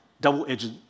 double-edged